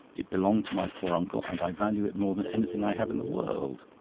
it belonged to my poor uncle, and i value it more than anything i have in the world!